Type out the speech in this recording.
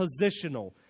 positional